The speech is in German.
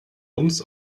uns